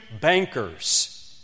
bankers